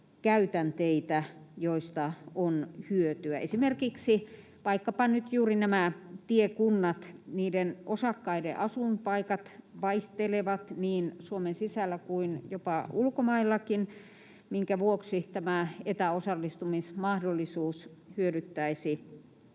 käytänteitä, joista on hyötyä. Esimerkiksi vaikkapa nyt juuri nämä tiekunnat: niiden osakkaiden asuinpaikat vaihtelevat niin Suomen sisällä kuin jopa ulkomaillakin, minkä vuoksi etäosallistumismahdollisuus hyödyttäisi